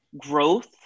growth